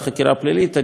אני רק אתקן,